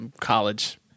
college